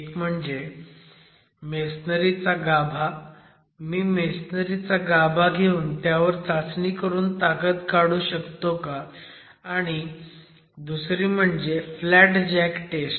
एक म्हणजे मेसनरी चा गाभा मी मेसनरी चा गाभा घेऊन त्यावर चाचणी करून ताकद काढू शकतो का आणि दुसरी म्हणजे फ्लॅट जॅक टेस्ट